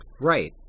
Right